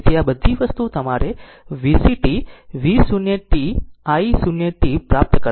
તેથી આ બધી વસ્તુઓ તમારે VCt V 0 t i 0 t પ્રાપ્ત કરવાની છે